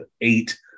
eight